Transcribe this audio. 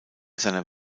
seiner